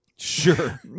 Sure